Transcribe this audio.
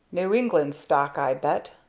new england stock i bet,